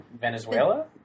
Venezuela